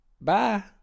Bye